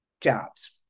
jobs